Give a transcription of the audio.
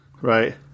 right